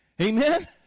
Amen